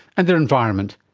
and their environment,